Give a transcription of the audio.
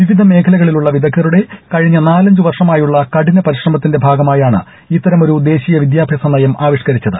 വിവിധ മേഖ്ലക്ളിലുള്ള വിദഗ്ധരുടെ കഴിഞ്ഞ നാലഞ്ചു വർഷമായുള്ള കഠിന പ്രിശ്രമത്തിന്റെ ഭാഗമായാണ് ഇത്തരമൊരു ദേശീയ വിദ്യാഭ്യാസ നയം ആവിഷ്കരിച്ചത്